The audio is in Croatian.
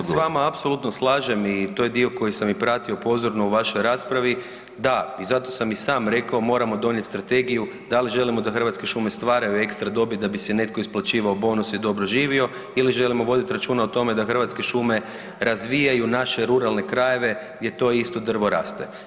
Ja se s vama apsolutno slažem i to je dio koji sam i pratio pozorno u vašoj raspravi, da, i zato sam i sam rekao moramo donijeti strategiju da li želimo da Hrvatske šume stvaraju ekstra dobit da bi si netko isplaćivao bonus i dobro živio ili želimo voditi računa o tome da Hrvatske šume razvijaju naše ruralne krajeve jer to isto drvo raste.